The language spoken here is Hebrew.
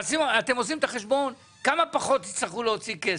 אתם עושים את החשבון כמה פחות תצטרכו להוציא כסף,